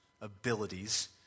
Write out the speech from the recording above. abilities